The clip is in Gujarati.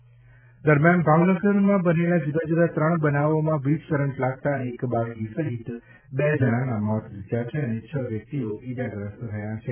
વીજ કરંટ ભાવનગર બનેલા જુદા જુદા ત્રણ બનાવોમાં વીજકરંટ લાગતા એક બાળકી સહિત બે જણાંના મોત નિપજ્યાં છે અને છ વ્યક્તિઓ ઇજાગ્રસ્ત થયા છે